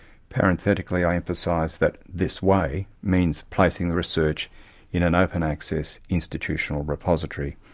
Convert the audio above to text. parenthetically, i emphasise that this way means placing the research in an open access institutional repository,